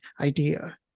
idea